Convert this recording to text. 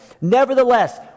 Nevertheless